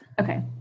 okay